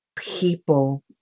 people